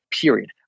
period